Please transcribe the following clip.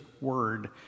word